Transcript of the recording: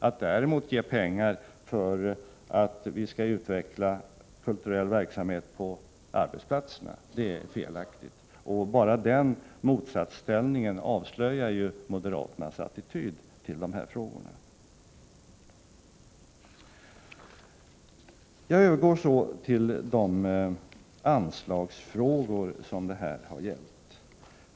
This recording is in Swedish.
Att däremot anslå pengar för att utveckla kulturell verksamhet på arbetsplatserna är felaktigt! Bara den motsatsställningen avslöjar moderaternas attityd till de här frågorna. Jag övergår så till de anslagsfrågor som det här har gällt.